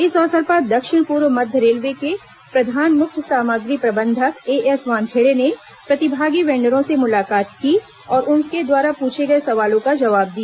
इस अवसर पर दक्षिण पूर्व मध्य रेलवे के प्रधान मुख्य सामग्री प्रबंधक एएस वानखेड़े ने प्रतिभागी वेंडरों से मुलाकात की और उनके द्वारा पूछे गए सवालों का जवाब दिया